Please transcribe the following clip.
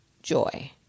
joy